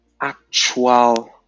actual